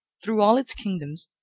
through all its kingdoms,